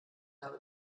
habe